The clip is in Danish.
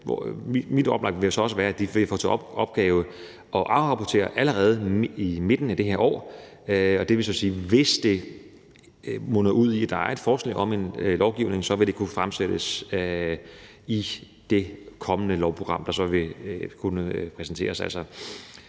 Mit oplæg vil så også være, at den vil få til opgave at afrapportere allerede i midten af det her år, og det vil så sige, at hvis det munder ud i et forslag om en lovgivning, vil forslaget kunne fremsættes i det kommende lovprogram, der vil blive præsenteret